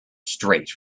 straight